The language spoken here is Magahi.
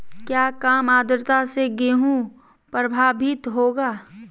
क्या काम आद्रता से गेहु प्रभाभीत होगा?